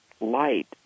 light